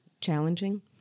challenging